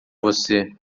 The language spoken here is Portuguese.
você